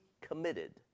committed